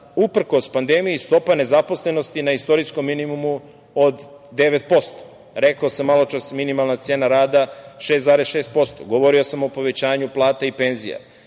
Uprkos pandemiji stopa nezaposlenosti je na istorijskom minimumu od 9%. Rekao sam maločas minimalna cena rada 6,6%, govorio sam o povećanju plata i penzija. Dakle,